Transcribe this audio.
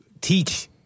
teach